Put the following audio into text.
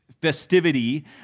festivity